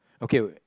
okay